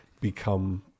become